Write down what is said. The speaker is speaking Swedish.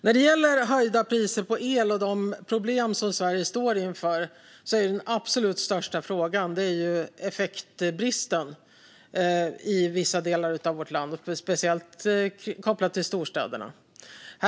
När det gäller höjda priser på el och de problem som Sverige står inför är den absolut största frågan effektbristen i vissa delar av vårt land, speciellt kopplat till storstäderna.